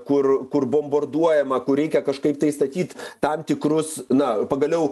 kur kur bombarduojama kur reikia kažkaip tai statyt tam tikrus na pagaliau